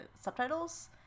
subtitles